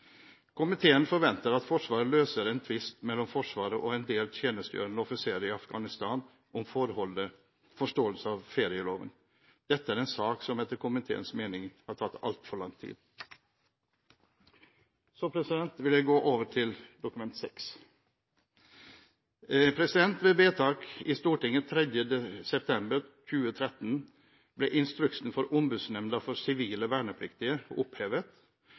Komiteen forventer at Forsvaret løser en tvist mellom Forsvaret og en del tjenestegjørende offiserer i Afghanistan om forståelse av ferieloven. Dette er en sak som etter komiteens mening har tatt altfor lang tid. Så vil jeg gå over til Dokument 6. Ved vedtak i Stortinget 3. september 2013 ble instruksen for Ombudsmannsnemnda for sivile vernepliktige opphevet.